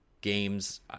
games